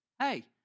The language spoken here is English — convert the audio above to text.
Hey